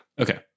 Okay